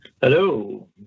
Hello